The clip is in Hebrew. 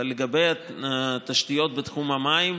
אבל לגבי התשתיות בתחום המים,